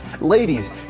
Ladies